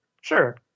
sure